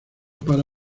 para